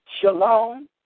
shalom